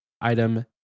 item